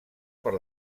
per